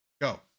Go